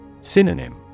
Synonym